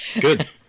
Good